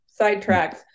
sidetracks